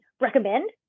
recommend